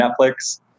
Netflix